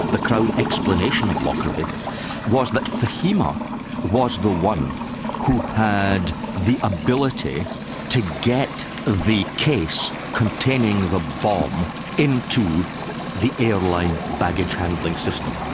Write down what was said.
the crown explanation of lockerbie was that fahima was the one who had the ability to get the case containing the bomb into the airline baggage handling system,